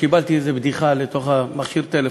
קיבלתי בדיחה לתוך מכשיר הפלאפון.